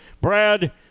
brad